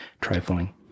trifling